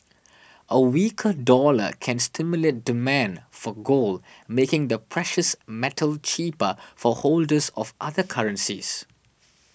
a weaker dollar can stimulate demand for gold making the precious metal cheaper for holders of other currencies